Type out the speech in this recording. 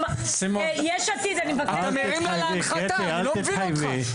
אתה מרים לה להנחתה, אני לא מבין אותך.